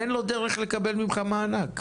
אין לו דרך לקבל ממך מענק.